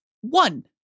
one